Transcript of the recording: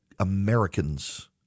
Americans